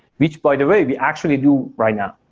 which by the way we actually do right now.